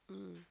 mm